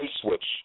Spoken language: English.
switch